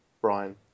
Brian